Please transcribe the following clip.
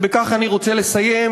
ובכך אני רוצה לסיים,